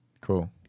cool